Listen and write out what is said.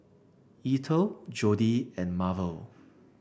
Eathel Jodi and Marvel